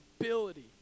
ability